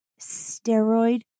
steroid